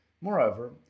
Moreover